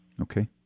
okay